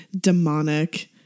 demonic